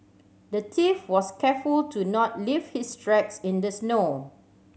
the thief was careful to not leave his tracks in the snow